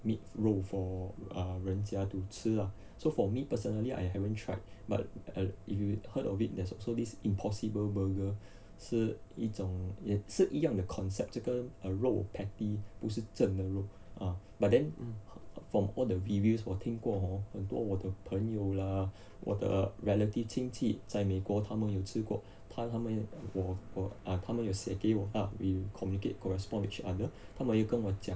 meat 肉 for 人家 to 吃 lah so for me personally I haven't tried but if you heard of it there's also this impossible burger 是一种也是一样的 concept 这个肉 patty 不是真的肉 ah but then from all the reviews 我听过 hor 很多我的朋友啦我的 relative 亲戚在美国他们有吃过他他们我我 err 他们有写给我 ah we communicate correspond with each other 他们又跟我讲